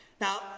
Now